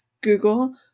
Google